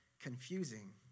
confusing